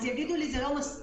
יגידו לי שזה לא מספיק,